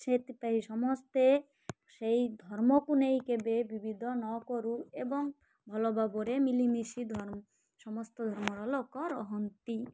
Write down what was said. ସେଥିପାଇଁ ସମସ୍ତେ ସେଇ ଧର୍ମକୁ ନେଇ କେବେ ବିବିଧ ନ କରୁ ଏବଂ ଭଲ ଭାବରେ ମିଳିମିଶି ସମସ୍ତ ଧର୍ମର ଲୋକ ରହନ୍ତୁ